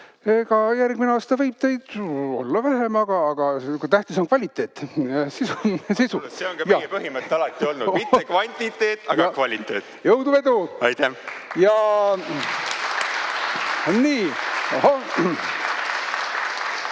et järgmine aasta võib teid olla vähem, aga tähtis on kvaliteet. See ongi meie põhimõte alati olnud: mitte kvantiteet, vaid kvaliteet. Jõudu-edu! Aitäh! (Aplaus.) Nii.